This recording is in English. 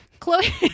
Chloe